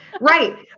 Right